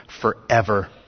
forever